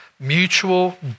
Mutual